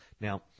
Now